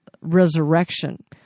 resurrection